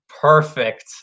perfect